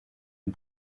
une